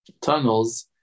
tunnels